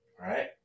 right